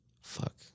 Fuck